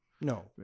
no